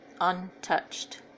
untouched